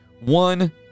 One